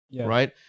Right